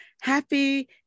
happy